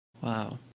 Wow